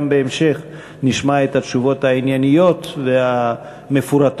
גם בהמשך נשמע את התשובות הענייניות והמפורטות